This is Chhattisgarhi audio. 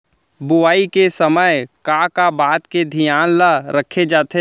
बुआई के समय का का बात के धियान ल रखे जाथे?